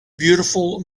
beautiful